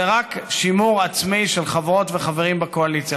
זה רק שימור עצמי של חברות וחברים בקואליציה.